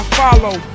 follow